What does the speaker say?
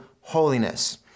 holiness